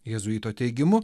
jėzuito teigimu